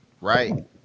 right